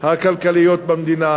הכלכליות במדינה.